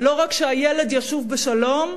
לא רק שהילד ישוב בשלום,